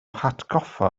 hatgoffa